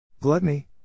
Gluttony